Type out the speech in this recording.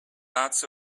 lots